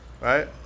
Right